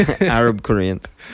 Arab-Koreans